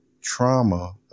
trauma